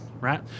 right